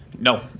No